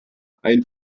ein